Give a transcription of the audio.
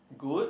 good